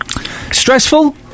Stressful